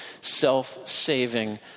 self-saving